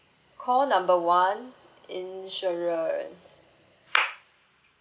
call number one insurance